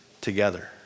together